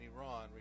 Iran